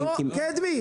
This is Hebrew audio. לא, קדמי.